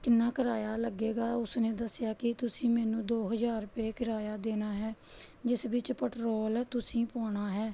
ਕਿੰਨਾਂ ਕਿਰਾਇਆ ਲੱਗੇਗਾ ਉਸ ਨੇ ਦੱਸਿਆ ਕਿ ਤੁਸੀਂ ਮੈਨੂੰ ਦੋ ਹਜ਼ਾਰ ਰੁਪਏ ਕਿਰਾਇਆ ਦੇਣਾ ਹੈ ਜਿਸ ਵਿੱਚ ਪੈਟਰੋਲ ਤੁਸੀਂ ਪਾਉਣਾ ਹੈ